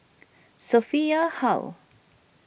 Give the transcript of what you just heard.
Sophia Hull